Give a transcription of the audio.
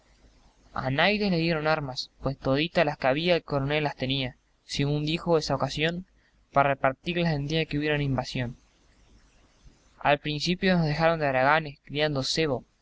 a naides le dieron armas pues toditas las que había el coronel las tenía sigún dijo esa ocasión pa repartirlas el día en que hubiera una invasión al principio nos dejaron de haraganes criando sebo